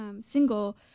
single